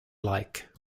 like